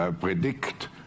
Predict